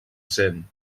cent